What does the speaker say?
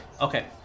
Okay